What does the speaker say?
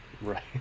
Right